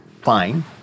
fine